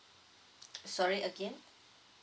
sorry again